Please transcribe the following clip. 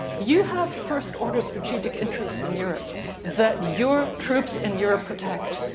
you have first ordered strategic interests in europe that your troops in europe protect,